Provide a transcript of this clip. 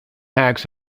hacks